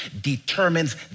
determines